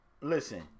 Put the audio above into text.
Listen